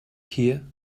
here